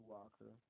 Walker